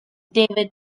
david